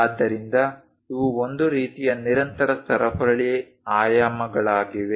ಆದ್ದರಿಂದ ಇವು ಒಂದು ರೀತಿಯ ನಿರಂತರ ಸರಪಳಿ ಆಯಾಮಗಳಾಗಿವೆ